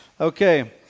okay